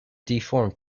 deformed